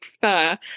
prefer